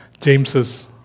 James's